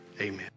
Amen